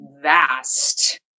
vast